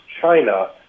China